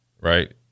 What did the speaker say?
right